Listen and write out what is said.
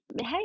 Hey